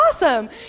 awesome